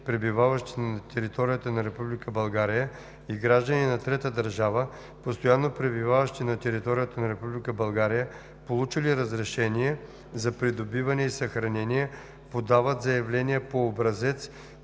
пребиваващи на територията на Република България, и граждани на трета държава, постоянно пребиваващи на територията на Република България, получили разрешение за придобиване и съхранение, подават заявление по образец